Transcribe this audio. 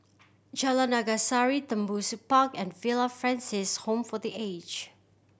Jalan Naga Sari Tembusu Park and Villa Francis Home for The Aged